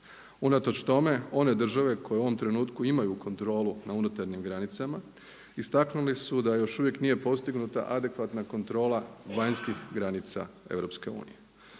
Unatoč tome one države koje u ovom trenutku imaju kontrolu na unutarnjim granicama istaknuli su da još uvijek nije postignuta adekvatna kontrola vanjskih granica EU.